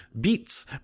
Beats